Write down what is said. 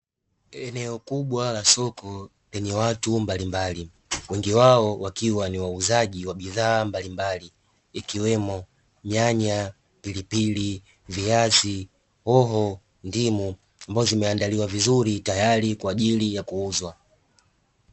Eneo kubwa la soko lenye watu mbalimbali, wengi wao wakiwa ni wauzaji wa bidhaa mbalimbali ikiwemo nyanya, pilipili, viazi, hoho, ndimu ambavyo vimeandakiwa vizuri tayari kwa ajili ya kuuzwa.